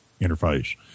interface